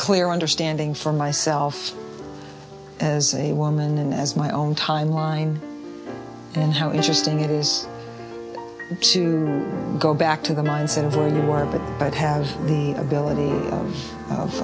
clear understanding for myself as a woman and as my own timeline and how interesting it is to go back to the mindset of where you are but but have the ability of